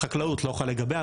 חקלאות, לא חל לגביה.